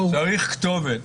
צריך כתובת,